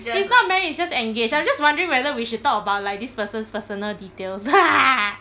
he's not married he's just engaged I'm just wondering whether we should talk about like this person's personal details